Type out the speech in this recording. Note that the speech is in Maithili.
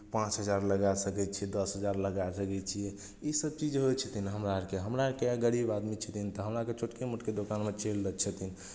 पाँच हजार लगा सकै छियै दस हजार लगा सकै छियै इसभ चीज होइ छथिन हमरा आरकेँ हमरा आरकेँ गरीब आदमी छथिन तऽ हमरा आरकेँ छोटके मोटके दोकानमे चलि रहल छथिन